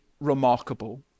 remarkable